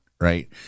right